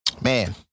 Man